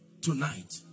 tonight